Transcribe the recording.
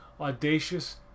audacious